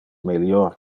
melior